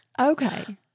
Okay